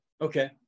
Okay